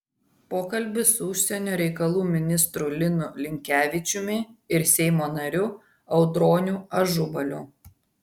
pokalbis su užsienio reikalų ministru linu linkevičiumi ir seimo nariu audroniu ažubaliu